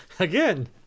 Again